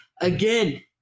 Again